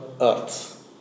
earth